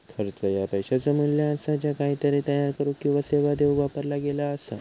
खर्च ह्या पैशाचो मू्ल्य असा ज्या काहीतरी तयार करुक किंवा सेवा देऊक वापरला गेला असा